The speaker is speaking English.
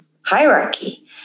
hierarchy